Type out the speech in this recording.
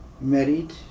married